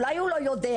אולי הוא לא יודע?